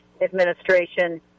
administration